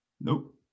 Nope